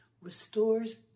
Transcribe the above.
Restores